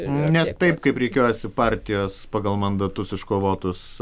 ne taip kaip rikiuojasi partijos pagal mandatus iškovotus